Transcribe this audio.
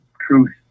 truth